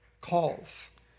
calls